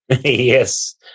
Yes